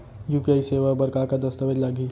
UPI सेवा बर का का दस्तावेज लागही?